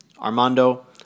Armando